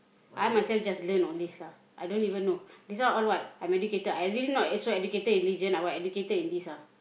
I myself just learn all this lah I don't even know this one all what I'm educated I really not so educated in religion what I educated in this ah